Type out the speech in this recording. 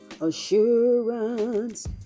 assurance